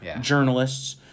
journalists